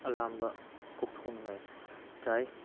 ꯑꯂꯥꯝꯕ ꯀꯣꯛꯊꯣꯛꯅꯤꯡꯉꯥꯏ ꯆꯥꯏ